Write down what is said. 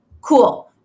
Cool